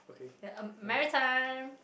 um maritime